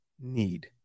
need